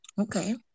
Okay